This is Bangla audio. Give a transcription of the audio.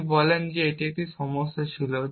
তিনি বলেন যে এবং এটি একটি সমস্যা ছিল